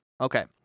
Okay